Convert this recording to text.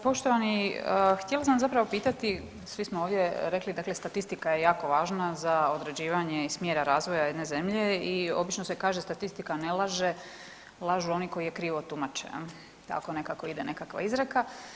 Evo poštovani, htjela sam zapravo pitati, svi smo ovdje rekli dakle statistika je jako važna za određivanje i smjera razvoja jedne zemlje i obično se kaže statistika ne laže, lažu oni koji je krivo tumače, tako nekako ide nekakva izreka.